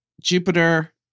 Jupiter